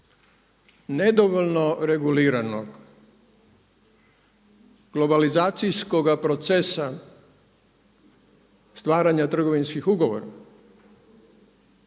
nedovoljno reguliranog globalizacijskoga procesa stvaranja trgovinskih ugovora